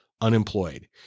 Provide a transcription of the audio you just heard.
unemployed